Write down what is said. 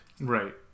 Right